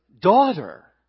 daughter